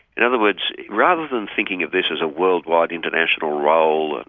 in other words, rather than thinking of this as a worldwide international role,